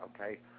okay